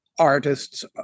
Artists